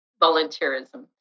volunteerism